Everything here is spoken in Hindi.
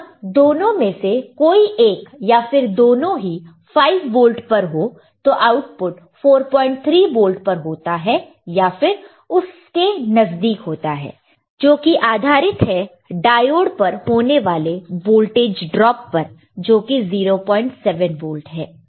तो जब दोनों में से कोई एक या फिर दोनों ही 5 वोल्ट पर हो तो आउटपुट 43 वोल्ट पर होता है या फिर उसके नजदीक होता है जोकि आधारित है डायोड पर होने वोल्टेज ड्रॉप पर जो की 07 वोल्ट है